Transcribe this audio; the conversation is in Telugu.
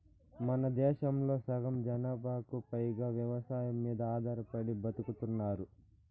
మనదేశంలో సగం జనాభాకు పైగా వ్యవసాయం మీద ఆధారపడి బతుకుతున్నారు